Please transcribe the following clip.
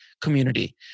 community